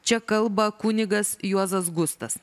čia kalba kunigas juozas gustas